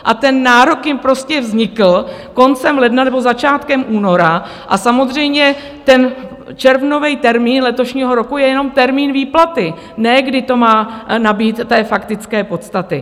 A ten nárok jim prostě vznikl koncem ledna nebo začátkem února a samozřejmě ten červnový termín letošního roku je jenom termín výplaty, ne kdy to má nabýt faktické podstaty.